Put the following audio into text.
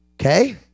Okay